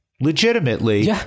legitimately